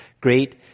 great